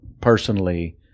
personally